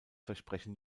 versprechen